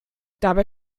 dabei